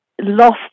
lost